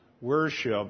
worship